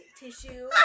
tissue